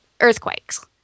earthquakes